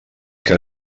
que